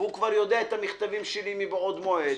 והוא כבר יודע את המכתבים שלי מבעוד מועד,